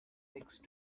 next